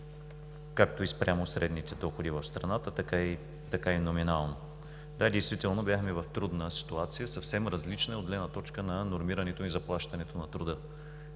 както спрямо средните доходи в страната, така и номинално. Да, действително бяхме в трудна ситуация, съвсем различна от гледна точка на нормирането и заплащането на труда.